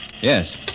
Yes